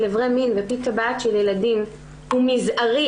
אברי מין ופי טבעת של ילדים הוא מזערי